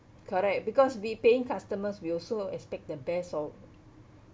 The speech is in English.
correct because we paying customers we also expect the best or